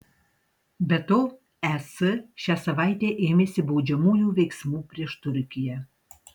be to es šią savaitę ėmėsi baudžiamųjų veiksmų prieš turkiją